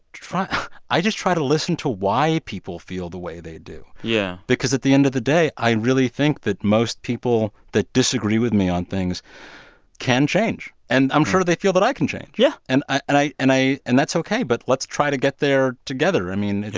i just try to listen to why people feel the way they do. yeah. because at the end of the day, i and really think that most people that disagree with me on things can change. and i'm sure they feel that i can change yeah and i and i and and that's ok, but let's try to get there together. i mean,